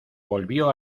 volvió